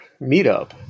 meetup